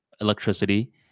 electricity